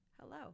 Hello